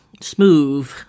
Smooth